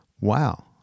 wow